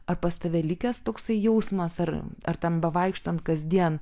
ar pas tave likęs toksai jausmas ar ar ten bevaikštant kasdien